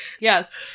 Yes